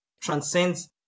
transcends